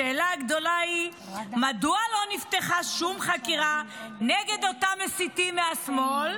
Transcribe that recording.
השאלה הגדולה היא מדוע לא נפתחה שום חקירה נגד אותם מסיתים מהשמאל?